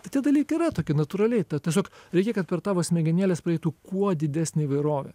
tai tie dalykai yra tokie natūraliai tiesiog reikia kad per tavo smegenėles praeitų kuo didesnė įvairovė